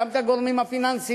גם את הגורמים הפיננסיים,